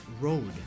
road